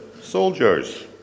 soldiers